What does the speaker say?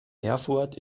erfurt